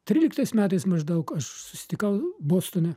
tryliktais metais maždaug aš susitikau bostone